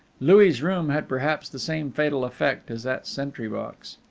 louis' room had perhaps the same fatal effect as that sentry box.